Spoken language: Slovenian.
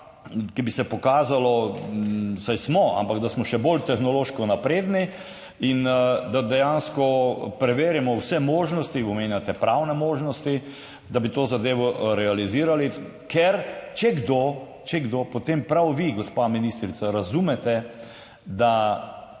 bi se pokazalo, saj smo, ampak da smo še bolj tehnološko napredni in da dejansko preverimo vse možnosti, omenjate pravne možnosti, da bi to zadevo realizirali, ker če kdo, potem prav vi, gospa ministrica, razumete, da